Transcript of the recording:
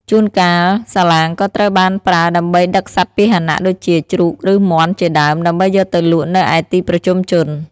ជួនកាលសាឡាងក៏ត្រូវបានប្រើដើម្បីដឹកសត្វពាហនៈដូចជាជ្រូកឬមាន់ជាដើម ដើម្បីយកទៅលក់នៅឯទីប្រជុំជន។